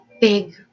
big